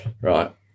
Right